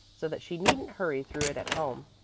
so that she needn't hurry through it at home.